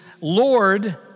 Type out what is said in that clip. Lord